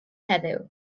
heddiw